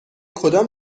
کدام